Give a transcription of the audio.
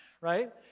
right